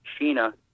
Sheena